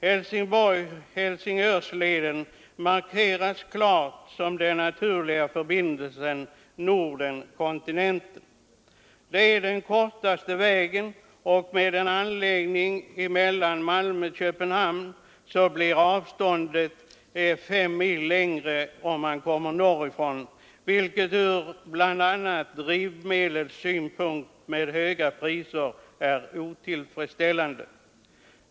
Helsingborg Helsingör-leden markeras klart som den naturliga förbindelsen mellan Norden och kontinenten. Det är den kortaste vägen. Med en broförbindelse mellan Malmö och Köpenhamn blir avståndet fem mil längre, om man kommer norrifrån, vilket ur bl.a. drivmedelssynpunkt med höga priser är otillfredsställande.